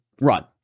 run